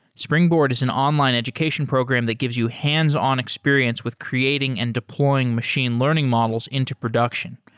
springboard is an online education program that gives you hands-on experience with creating and deploying machine learning models into production,